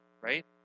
right